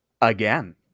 again